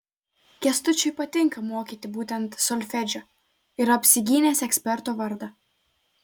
kęstučiui patinka mokyti būtent solfedžio yra apsigynęs eksperto vardą